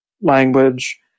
language